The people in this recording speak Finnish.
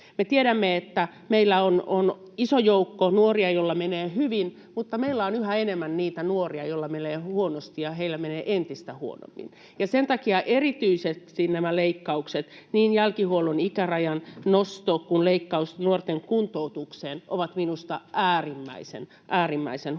Me tiedämme, että meillä on iso joukko nuoria, joilla menee hyvin, mutta meillä on yhä enemmän niitä nuoria, joilla menee huonosti, ja heillä menee entistä huonommin. Sen takia erityisesti nämä leikkaukset — niin jälkihuollon ikärajan nosto kuin leikkaus nuorten kuntoutuksesta — ovat minusta äärimmäisen,